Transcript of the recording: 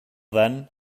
then